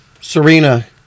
Serena